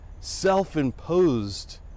self-imposed